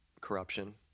corruption